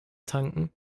tanken